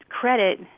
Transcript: credit